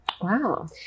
Wow